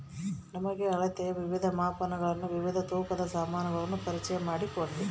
ನಮಗೆ ಅಳತೆಯ ವಿವಿಧ ಮಾಪನಗಳನ್ನು ವಿವಿಧ ತೂಕದ ಸಾಮಾನುಗಳನ್ನು ಪರಿಚಯ ಮಾಡಿಕೊಡ್ರಿ?